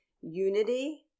unity